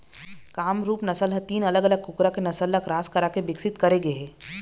कामरूप नसल ह तीन अलग अलग कुकरा के नसल ल क्रास कराके बिकसित करे गे हे